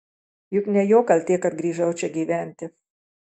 juk ne jo kaltė kad grįžau čia gyventi